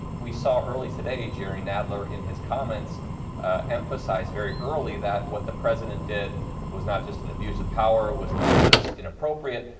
we saw early today, jerry nadler in his comments emphasize very early that what the president did was not just an abuse of power, was not just in a,